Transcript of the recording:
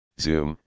zoom